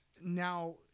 now